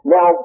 Now